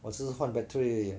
我只是换 battery 而已